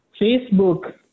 Facebook